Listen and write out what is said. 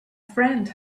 friend